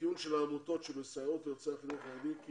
הסיוע של העמותות שמסייעות צריך להיות מיטבי כי